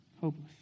hopeless